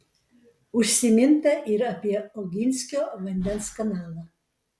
užsiminta ir apie oginskio vandens kanalą